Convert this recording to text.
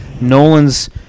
nolan's